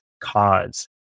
cause